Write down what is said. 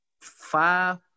five